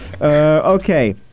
Okay